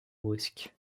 brusque